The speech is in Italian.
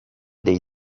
dei